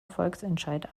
volksentscheid